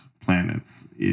Planets